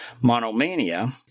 monomania